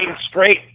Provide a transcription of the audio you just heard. straight